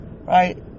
Right